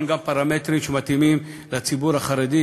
גם פרמטרים שמתאימים לציבור החרדי.